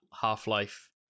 Half-Life